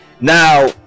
Now